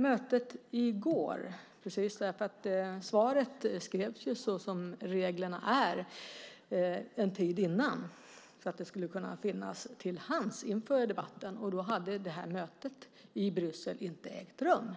Svaret har, som ju reglerna är, skrivits en tid innan för att det skulle finnas till hands inför den här debatten. Då hade mötet i Bryssel inte ägt rum.